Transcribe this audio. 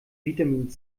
vitamin